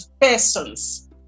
persons